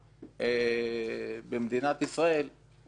במדינת ישראל,